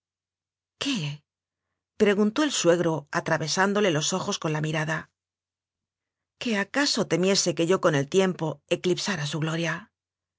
preguntó el suegro atravesán dole los ojos con la mirada que acaso temiese que yo con el tiempo eclipsara su gloria